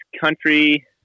country